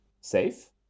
safe